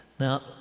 Now